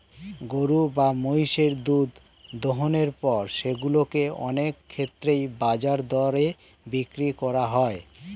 গরু বা মহিষের দুধ দোহনের পর সেগুলো কে অনেক ক্ষেত্রেই বাজার দরে বিক্রি করা হয়